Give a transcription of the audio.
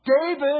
David